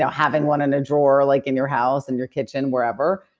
so having one in a drawer like in your house and your kitchen wherever.